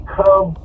come